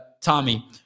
Tommy